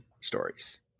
stories